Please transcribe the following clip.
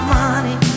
money